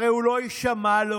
הרי הוא לא יישמע לו.